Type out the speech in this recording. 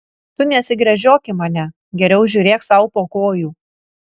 tu nesigręžiok į mane geriau žiūrėk sau po kojų